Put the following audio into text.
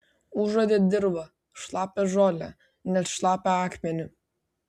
užuodė dirvą šlapią žolę net šlapią akmenį